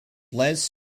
les